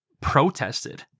protested